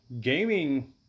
gaming